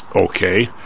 okay